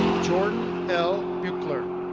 jordan l. buckler,